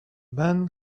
men